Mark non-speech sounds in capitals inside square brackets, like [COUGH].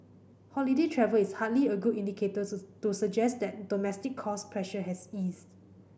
holiday travel is hardly a good indicator [UNINTELLIGIBLE] to suggest that domestic cost pressure has eased